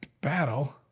battle